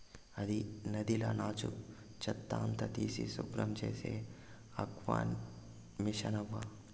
అది నదిల నాచు, చెత్త అంతా తీసి శుభ్రం చేసే ఆక్వామిసనవ్వా